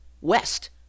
west